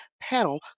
panel